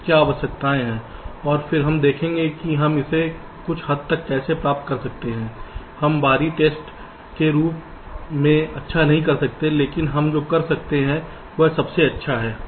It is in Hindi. क्या आवश्यकताएं हैं और फिर हम देखेंगे कि हम इसे कुछ हद तक कैसे प्राप्त कर सकते हैं हम बाहरी टेस्ट के रूप में अच्छा नहीं कर सकते हैं लेकिन हम जो कर सकते हैं वह सबसे अच्छा है